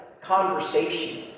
conversation